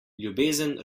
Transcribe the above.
ljubezen